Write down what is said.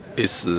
is